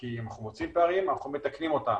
כי אנחנו מוצאים פערים ואנחנו מתקנים אותם.